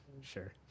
Sure